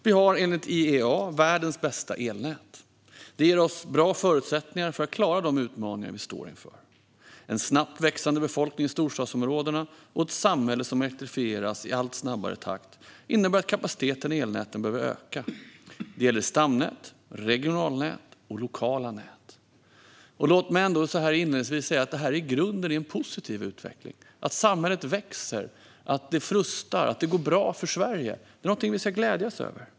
Vi har enligt IEA världens bästa elnät. Det ger oss bra förutsättningar att klara de utmaningar vi står inför. En snabbt växande befolkning i storstadsområdena och ett samhälle som elektrifieras i allt snabbare takt innebär att kapaciteten i elnäten behöver öka. Det gäller stamnät, regionalnät och lokala nät. Låt mig ändå inledningsvis säga att detta i grunden är en positiv utveckling. Att samhället växer, att det frustar och att det går bra för Sverige är någonting vi ska glädjas åt.